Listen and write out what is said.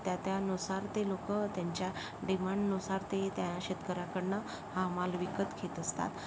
त्यात्यानुसार ते लोक त्यांच्या डिमांडनुसार ते त्या शेतकऱ्याकडनं हा माल विकत घेत असतात